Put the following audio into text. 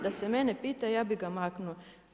Da se mene pita ja bih ga maknuo.